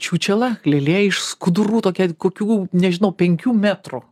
čiūčela lėlė iš skudurų tokia kokių nežinau penkių metrų